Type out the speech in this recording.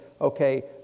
okay